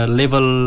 level